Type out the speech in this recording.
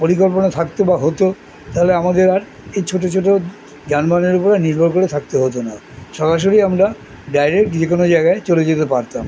পরিকল্পনা থাকতে বা হতো তাহলে আমাদের আর এই ছোটো ছোটো যানবারের ওপরে নির্ভর করে থাকতে হতো না সরাসরি আমরা ডাইরেক্ট যে কোনো জায়গায় চলে যেতে পারতাম